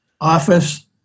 office